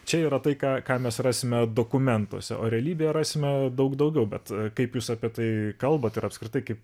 čia yra tai ką ką mes rasime dokumentuose o realybėje rasime daug daugiau bet kaip jūs apie tai kalbat ir apskritai kaip